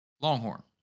Longhorn